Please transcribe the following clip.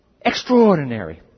extraordinary